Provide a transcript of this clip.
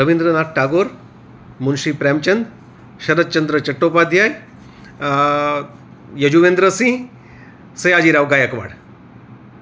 Rabindranath Tagore Munshi Premchand Sharatchandra Chattopadhyay Yajuvendrasinh Sayajirao Gaekwad